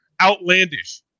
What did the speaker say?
outlandish